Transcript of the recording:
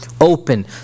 open